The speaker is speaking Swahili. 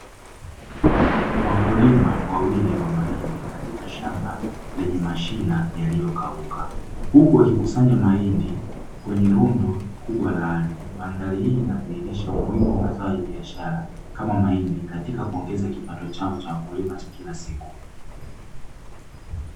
Wakulima wawili wa mahindi katika shamba lenye mashina yaliyo kauka, huku wakikusanya mahindi kwenye rundo kubwa la ardhi. Mandhari hii inadhihirisha umuhimu wa mazao ya biashara kama mahindi katika kuongeza kipato chao cha wakulima cha kila siku.